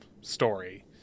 story